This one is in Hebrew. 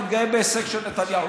תתגאה בהישג של נתניהו.